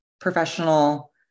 professional